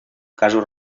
casos